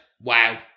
wow